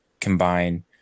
combine